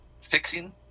Fixing